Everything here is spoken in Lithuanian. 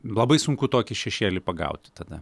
labai sunku tokį šešėlį pagauti tada